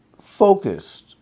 focused